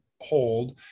hold